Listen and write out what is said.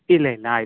ಇಲ್ಲ ಇಲ್ಲ ಆಯಿತು